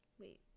Wait